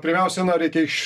pirmiausia na reikia iš